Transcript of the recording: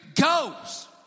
goes